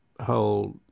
whole